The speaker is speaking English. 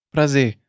Prazer